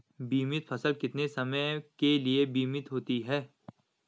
बीमित फसल कितने समय के लिए बीमित होती है?